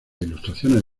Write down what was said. ilustraciones